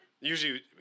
Usually